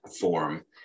form